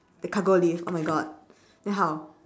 the cargo lift oh my god then how